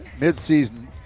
mid-season